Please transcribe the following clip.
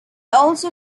also